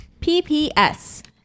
pps